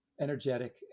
energetic